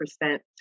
percent